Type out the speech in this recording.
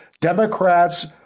Democrats